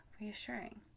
reassuring